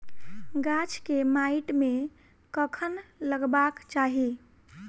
गाछ केँ माइट मे कखन लगबाक चाहि?